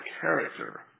character